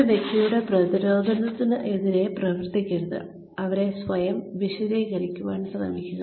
ഒരു വ്യക്തിയുടെ പ്രതിരോധത്തിനെതിരെ പ്രവർത്തിക്കരുത് അവരെ സ്വയം വിശദീകരിക്കാൻ ശ്രമിക്കുക